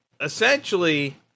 essentially